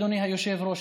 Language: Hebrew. אדוני היושב-ראש,